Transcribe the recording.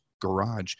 garage